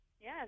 Yes